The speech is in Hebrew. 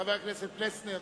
חבר הכנסת פלסנר.